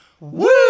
Woo